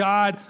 God